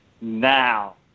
now